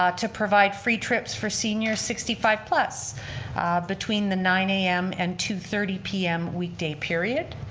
ah to provide free trips for seniors sixty five plus between the nine am and two thirty pm weekday period